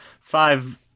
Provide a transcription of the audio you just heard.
five